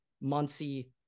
Muncie